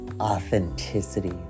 authenticity